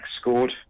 scored